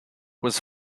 was